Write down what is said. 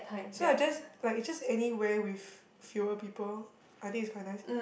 so I just like it's just anywhere with fewer people I think it's quite nice